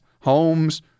homes